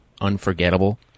unforgettable